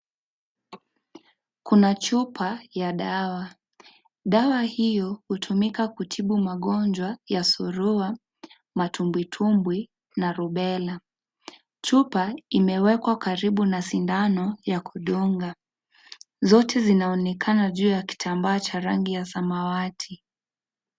Kuna chupa ya dawa, dawa hiyo hutumika kutibu magonjwa ya surua , matumbwitumbwi na (cs)rubella(cs) . Chupa imewekwa karibu na sindano ya kudunga, zote yanaonekana juu ya kitambaa cha rangi ya samawati.